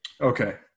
Okay